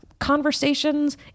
Conversations